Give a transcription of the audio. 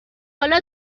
حالا